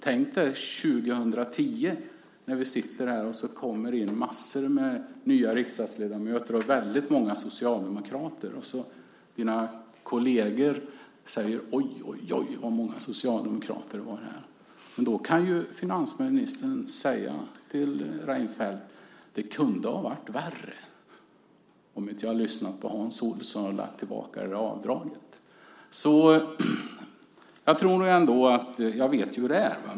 Tänk dig när vi sitter här 2010, och så kommer det in massor med nya riksdagsledamöter och väldigt många socialdemokrater, och dina kolleger säger: Oj, oj, oj vad många socialdemokrater. Men då kan finansministern säga till Fredrik Reinfeldt att det kunde ha varit värre om jag inte hade lyssnat på Hans Olsson och återinfört det där avdraget. Jag vet hur det är.